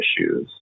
issues